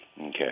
Okay